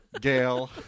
Gail